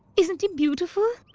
isn't he beautiful?